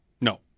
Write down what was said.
no